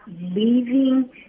leaving